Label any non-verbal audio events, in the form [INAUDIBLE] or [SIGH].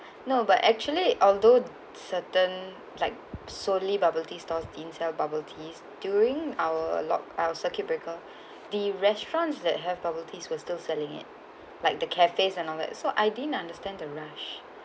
[BREATH] no but actually although certain like solely bubble tea stores didn't sell bubble teas during our locked our circuit breaker [BREATH] the restaurants that have bubble teas were still selling it like the cafes and all that so I didn't understand the rush